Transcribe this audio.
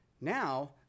Now